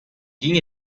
ging